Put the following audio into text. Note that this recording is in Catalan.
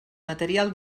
material